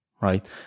right